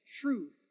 truth